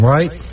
Right